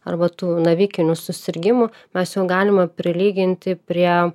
arba tų navikinių susirgimų mes jau galime prilyginti prie